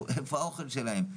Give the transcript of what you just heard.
איפה האוכל שלהם?